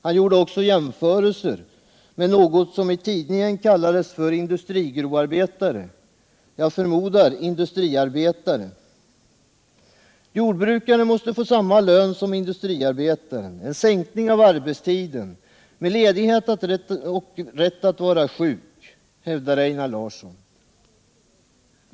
Han gjorde också jämförelser med något som i tidningen kallades för industrigrovarbetare — jag förmodar att han avsåg industriarbetare. Jordbrukaren måste få samma lön som industriarbetaren, sänkning av arbetstiden, ledighet med rätt att vara sjuk, hävdade Einar Larsson.